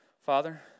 Father